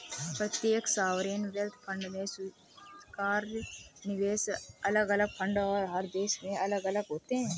प्रत्येक sovereign wealth fund में स्वीकार्य निवेश अलग अलग फंड और हर देश में अलग अलग होते हैं